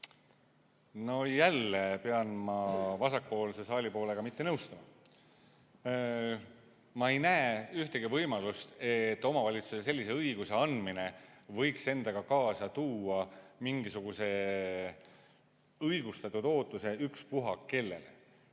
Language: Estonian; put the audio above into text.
Jälle pean ma vasakpoolse saali poolega mitte nõustuma. Ma ei näe ühtegi võimalust, et omavalitsusele sellise õiguse andmine võiks endaga kaasa tuua mingisuguse õigustatud ootuse ükspuha kellele.